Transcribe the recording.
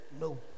No